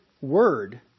word